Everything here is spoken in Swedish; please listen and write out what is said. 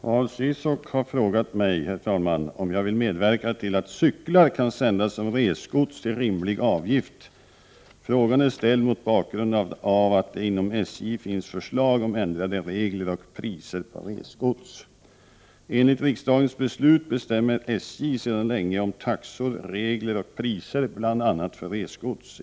Herr talman! Paul Ciszuk har frågat mig om jag vill medverka till att cyklar kan sändas som resgods till rimlig avgift. Frågan är ställd mot bakgrund av att det inom SJ finns förslag om ändrade regler och priser på resgods. Enligt riksdagens beslut bestämmer SJ sedan länge om taxor, regler och priser, bl.a. för resgods.